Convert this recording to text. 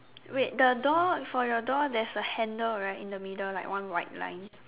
wait the door for your door there's a handle right in the middle like one white line